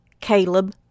Caleb